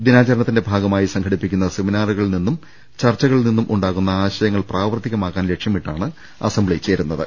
ദിനാചരണത്തിന്റെ ഭാഗമായി സംഘടിപ്പിക്കുന്ന സെമിനാറുകളിൽ നിന്നും ചർച്ചകളിൽ നിന്നും ഉണ്ടാ കുന്ന ആശയങ്ങൾ പ്രാവർത്തികമാക്കാൻ ലക്ഷ്യമിട്ടാണ് അസംബ്ലി ചേരു ന്നത്